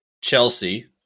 Chelsea